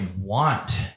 want